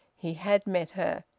he had met her.